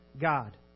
God